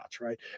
right